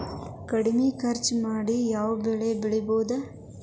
ಕಡಮಿ ಖರ್ಚ ಮಾಡಿ ಯಾವ್ ಬೆಳಿ ಬೆಳಿಬೋದ್?